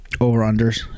over-unders